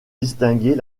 distinguer